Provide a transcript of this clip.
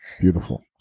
Beautiful